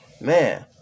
man